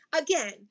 again